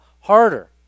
harder